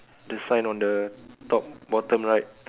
the sign on the top bottom right